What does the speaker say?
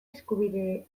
eskubide